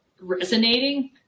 resonating